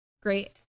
great